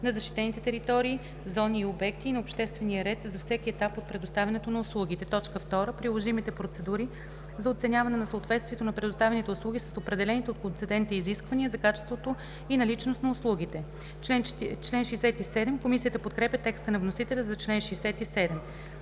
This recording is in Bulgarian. на защитените територии, зони и обекти и на обществения ред за всеки етап от предоставянето на услугите; 2. приложимите процедури за оценяване на съответствието на предоставяните услуги с определените от концедента изисквания за качество и наличност на услугите.“ Комисията подкрепя текста на вносителя за чл. 67.